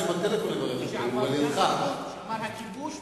מברך את סגן השר על שדיבר על הכיבוש ברמת-הגולן.